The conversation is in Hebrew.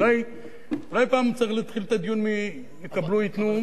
אולי פעם צריך להתחיל את הדיון מ"יקבלו, ייתנו"?